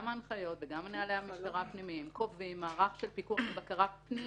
גם ההנחיות וגם נהלי המשטרה הפנימיים קובעים מערך של פיקוח ובקרה פנים